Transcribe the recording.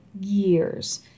years